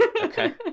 Okay